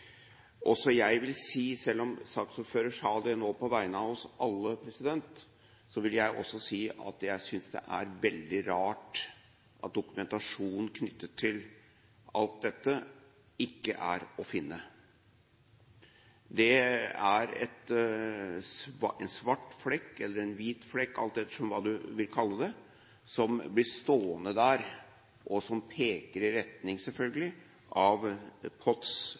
sagt, så var det jo undersøkelsene som har avdekket at Treholts leilighet var underlagt både telefonkontroll, romavlytting, kameraovervåking og hemmelige ransakelser, hvor også – som saksordføreren sa – husnøkkelen ble kopiert. Også jeg vil si, selv om saksordføreren nå sa det på vegne av oss alle, at jeg synes det er veldig rart at dokumentasjon knyttet til alt dette ikke er å finne. Det er en svart flekk – eller en hvit flekk, alt ettersom hva man vil kalle det